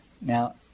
Now